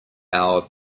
our